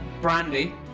Brandy